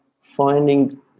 finding